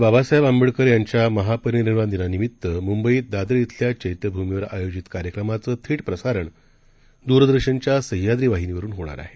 बाबासाहेब आंबेडकर यांच्या महापरिनिर्वाण दिनानिमित मुंबईत दादर इथल्या चैत्यभूमीवर आयोजित कार्यक्रमाच थेट प्रसारण द्रदर्शनच्या सहयाद्री वाहिनीवरुन होणार आहे